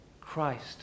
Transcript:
Christ